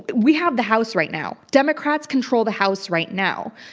but we have the house right now. democrats control the house right now.